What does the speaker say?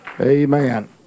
Amen